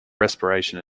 respiration